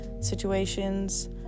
situations